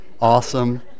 awesome